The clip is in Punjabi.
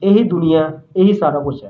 ਇਹੀ ਦੁਨੀਆ ਇਹੀ ਸਾਰਾ ਕੁਛ ਹੈ